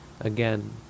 again